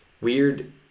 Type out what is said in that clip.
weird